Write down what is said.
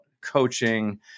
coaching